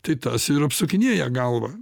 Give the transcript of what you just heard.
tai tas ir apsukinėja galvą